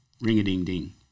ring-a-ding-ding